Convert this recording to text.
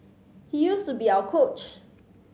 he used to be our coach